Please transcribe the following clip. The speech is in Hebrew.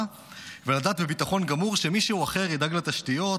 ולדעת בביטחון גמור שמישהו אחר ידאג לתשתיות,